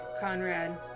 Conrad